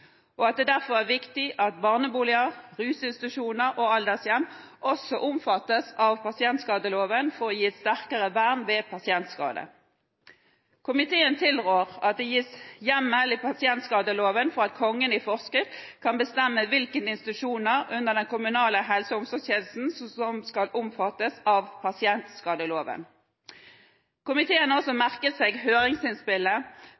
og at det derfor er viktig at barneboliger, rusinstitusjoner og aldershjem også omfattes av pasientskadeloven for å gi et sterkere vern ved pasientskade. Komiteen tilrår at det gis hjemmel i pasientskadeloven for at Kongen i forskrift kan bestemme hvilke institusjoner under den kommunale helse- og omsorgstjenesten som skal omfattes av pasientskadeloven. Komiteen har også